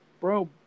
Bro